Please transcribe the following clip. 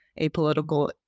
apolitical